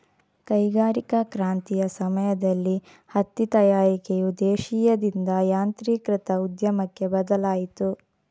ಕೈಗಾರಿಕಾ ಕ್ರಾಂತಿಯ ಸಮಯದಲ್ಲಿ ಹತ್ತಿ ತಯಾರಿಕೆಯು ದೇಶೀಯದಿಂದ ಯಾಂತ್ರೀಕೃತ ಉದ್ಯಮಕ್ಕೆ ಬದಲಾಯಿತು